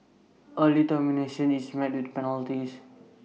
early termination is met with penalties